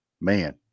Man